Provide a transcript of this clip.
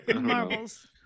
Marbles